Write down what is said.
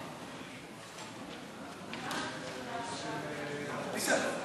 8), התשע"ט 2018, נתקבל.